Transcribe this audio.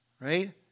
right